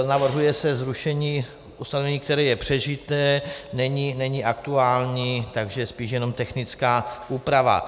Navrhuje se zrušení ustanovení, které je přežité, není aktuální, takže spíše jenom technická úprava.